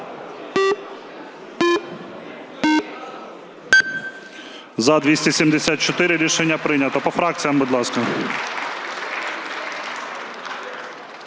За-274 Рішення прийнято. По фракціях, будь ласка.